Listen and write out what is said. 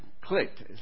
clicked